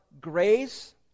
grace